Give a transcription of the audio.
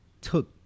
took